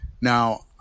Now